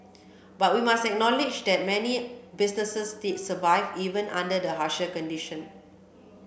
but we must acknowledge that many businesses did survive even under the harsher condition